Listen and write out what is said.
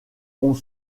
ont